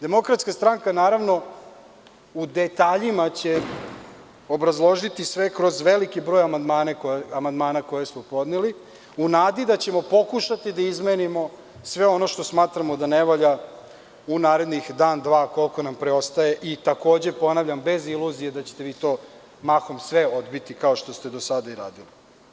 Demokratska stranka u detaljima će obrazložiti sve kroz veliki broj amandmana koje smo podneli, u nadi da ćemo pokušati da izmenimo sve ono što smatramo da ne valja u narednih dan, dva, koliko nam preostaje i bez iluzije da ćete vi to sve mahom odbiti, kao što ste do sada i radili.